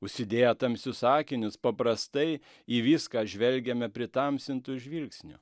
užsidėję tamsius akinius paprastai į viską žvelgiame pritamsintu žvilgsniu